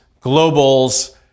globals